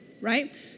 right